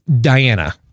Diana